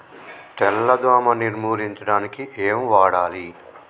తెల్ల దోమ నిర్ములించడానికి ఏం వాడాలి?